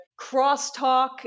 crosstalk